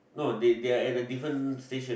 no they they are at a different station